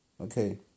Okay